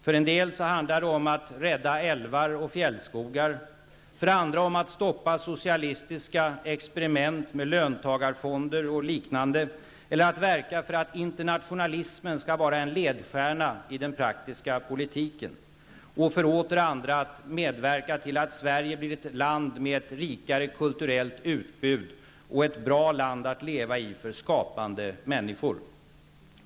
För en del handlar det om att rädda älvar och fjällskogar, för andra om att stoppa socialistiska experiment med löntagarfonder och liknande eller att verka för att internationalismen skall vara en ledstjärna i den praktiska politiken. För åter andra handlar det om att medverka till att Sverige blir ett land med ett rikare kulturellt utbud och ett bra land att leva i för skapande människor.